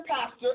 pastor